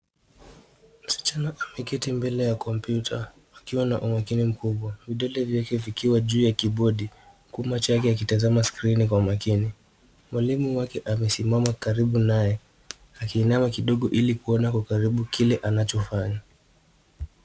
Msichana ameketi mbele ya komputa akiwa na umakini mkubwa .Vidole vyake vikiwa juu ya kibodi. Huku macho yake yakitazama skrini kwa makini .Mwalimu wake amesimama karibu naye akiinama kidogo ili kuona kwa karibu kile anachofanya.